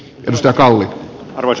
rallin rules